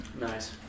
Nice